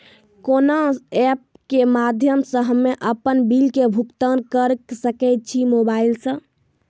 कोना ऐप्स के माध्यम से हम्मे अपन बिल के भुगतान करऽ सके छी मोबाइल से?